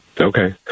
okay